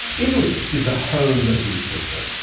italy is the home of the espresso,